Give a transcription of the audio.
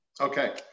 okay